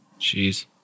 Jeez